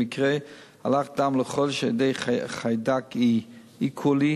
מקרי אלח דם לחודש על-ידי חיידק E.coli,